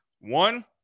One